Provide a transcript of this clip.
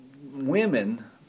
women